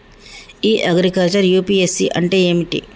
ఇ agriculture UPSC అంటే ఏమిటి?